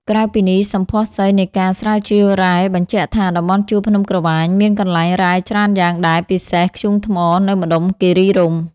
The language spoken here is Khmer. ក្រៅពីនេះ សម្ផស្សីនៃការ ស្រាវជ្រាវវែបញ្ជាក់ថា តំបន់ជួរភ្នំក្រវាញមានកន្លែងរ៉ែច្រើនយ៉ាងដែរ ពិសេស ធ្យូងថ្មនៅម្តុំគិរីរម្យ ។